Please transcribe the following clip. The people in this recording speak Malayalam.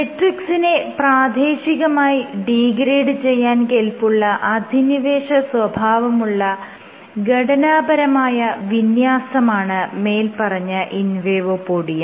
മെട്രിക്സിനെ പ്രാദേശികമായി ഡീഗ്രേഡ് ചെയ്യാൻ കെല്പുള്ള അധിനിവേശ സ്വഭാവമുള്ള ഘടനാപരമായ വിന്യാസമാണ് മേല്പറഞ്ഞ ഇൻവേഡോപോഡിയ